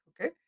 Okay